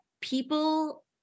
people